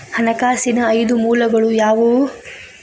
ಹಣಕಾಸಿನ ಐದು ಮೂಲಗಳು ಯಾವುವು?